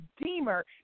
redeemer